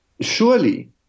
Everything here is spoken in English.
Surely